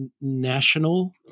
national